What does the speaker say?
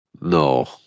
No